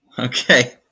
Okay